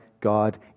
God